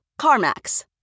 CarMax